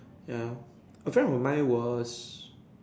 ya a friend of mine was